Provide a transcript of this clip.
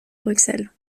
bruxelles